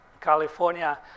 California